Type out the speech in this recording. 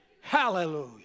Hallelujah